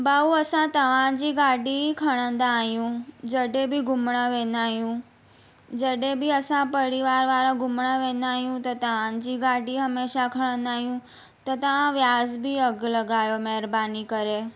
भाउ असां तव्हांजी गाॾी ई खणंदा आहियूं जॾहिं बि घुमण वेंदा आहियूं जॾहिं बि असां परिवार वारा घुमणु वेंदा आहियूं त तव्हांजी गाॾी हमेशह खणंदा आहियूं त तव्हां वाज़बी अघि लॻायो महिरबानी करे